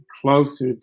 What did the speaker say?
closer